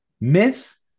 Miss